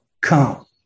come